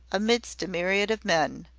amidst a myriad of men,